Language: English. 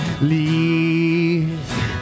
leave